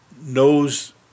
knows